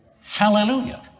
Hallelujah